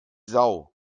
sau